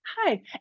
hi